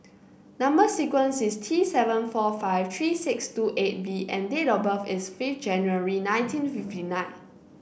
number sequence is T seven four five three six two eight V and date of birth is fifth January nineteen fifty nine